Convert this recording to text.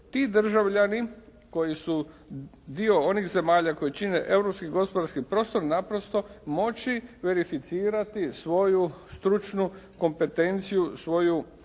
ti državljani koji su dio onih zemalja koji čine europski gospodarski prostor naprosto moći verificirati svoju stručnu kompetenciju, svoju